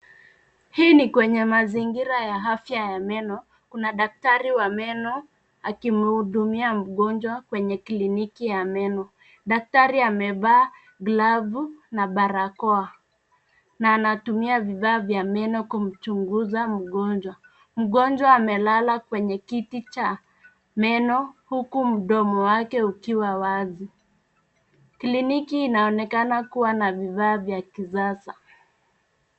Hii ni kwenye mazingira ya afya ya meno kuna daktari wa meno akimhudumia mgonjwa kwenye kliniki ya meno. Daktari amevaa glavu na barakoa na anatumia vifaa vya meno kumchunguza mgonjwa na mgonjwa amelala kwenye kiti cha meno huku mdodo ukiwa wazi. Kliniki inaoonekana kuwa na vifaa vya kisasa.